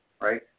right